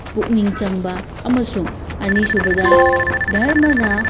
ꯄꯨꯛꯅꯤꯡ ꯆꯪꯕ ꯑꯃꯁꯨꯡ ꯑꯅꯤꯁꯨꯕꯗ ꯙꯔꯃꯅ